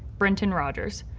brenten rodgers,